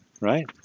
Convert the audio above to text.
right